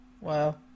Wow